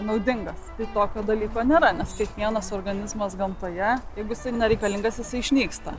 naudingas tokio dalyko nėra nes kiekvienas organizmas gamtoje jeigu jisai nereikalingas jisai išnyksta